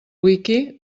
wiki